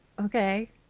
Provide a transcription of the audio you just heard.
Okay